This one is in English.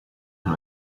and